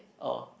oh